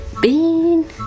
Bean